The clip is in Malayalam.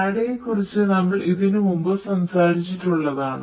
SCADA യെ കുറിച്ച് നമ്മൾ ഇതിനു മുമ്പ് സംസാരിച്ചിട്ടുള്ളതാണ്